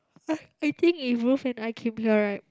I think if Ruth and I came here right